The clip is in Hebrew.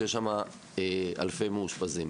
שיש שם אלפי מאושפזים.